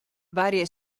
varie